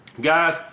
Guys